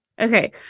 okay